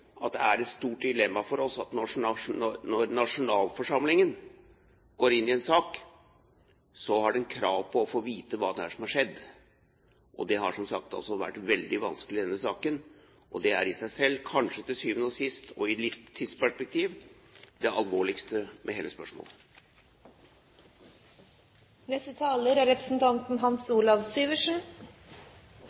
at det er et stort dilemma for oss at når nasjonalforsamlingen går inn i en sak, har den krav på å få vite hva det er som har skjedd. Det har, som sagt, vært veldig vanskelig i denne saken, og det er i seg selv kanskje til syvende og sist og i litt tidsperspektiv det alvorligste ved hele